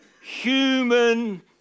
human